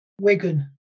Wigan